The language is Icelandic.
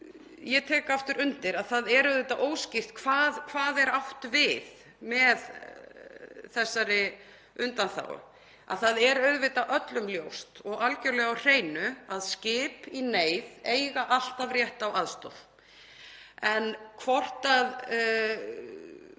þá tek ég aftur undir að það er auðvitað óskýrt hvað er átt við með þessari undanþágu. Það er auðvitað öllum ljóst og algerlega á hreinu að skip í neyð eiga alltaf rétt á aðstoð. En hvort það